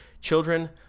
children